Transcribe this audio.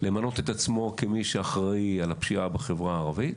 למנות את עצמו כמי שאחראי על הפשיעה בחברה הערבית,